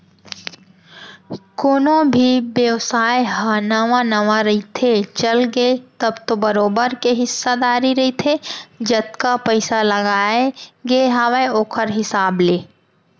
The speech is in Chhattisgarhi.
कोनो भी बेवसाय ह नवा नवा रहिथे, चलगे तब तो बरोबर के हिस्सादारी रहिथे जतका पइसा लगाय गे हावय ओखर हिसाब ले